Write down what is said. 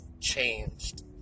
changed